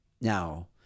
Now